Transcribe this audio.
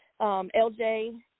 LJ